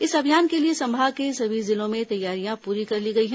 इस अभियान के लिए संभाग के सभी जिलों में तैयारियां पूरी कर ली गई हैं